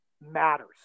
matters